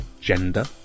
gender